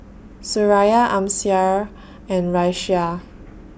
Suraya Amsyar and Raisya